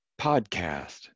podcast